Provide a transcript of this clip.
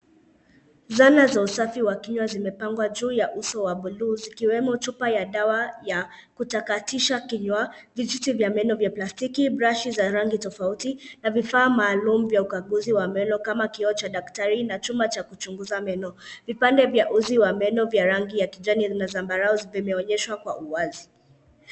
Zana za usafi wa kinywa zimepangwa juu ya uso wa bluu, zikiwemo chupa ya dawa ya kutakatisha kinywa, vijiti vya meno vya plastiki, brashi za rangi tofauti, na vifaa maalum vya ukaguzi wa meno kama kioo cha daktari na chombo cha kuchunguza meno. Vipande vya uzi wa meno vya rangi ya kijani na zambarau vimeonyeshwa kwa uwazi.